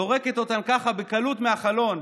זורקת אותן ככה בקלות מהחלון.